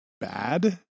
bad